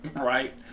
Right